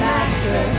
Master